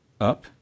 up